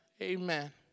Amen